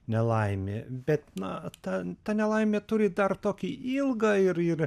nelaimė bet na ta ta nelaimė turi dar tokį ilgą ir ir